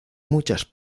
muchas